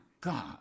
God